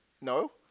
no